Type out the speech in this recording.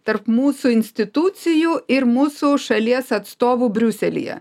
tarp mūsų institucijų ir mūsų šalies atstovų briuselyje